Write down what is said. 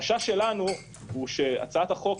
החשש שלנו הוא שהצעת החוק,